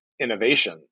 innovation